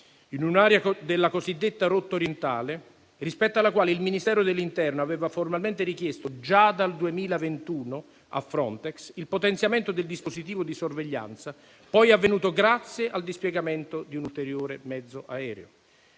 in un'area della cosiddetta rotta orientale, rispetto alla quale il Ministero dell'interno aveva formalmente richiesto già dal 2021 a Frontex il potenziamento del dispositivo di sorveglianza, poi avvenuto grazie al dispiegamento di un ulteriore mezzo aereo.